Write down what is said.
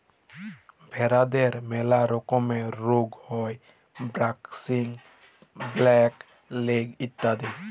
ভেরাদের ম্যালা রকমের রুগ হ্যয় ব্র্যাক্সি, ব্ল্যাক লেগ ইত্যাদি